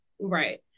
Right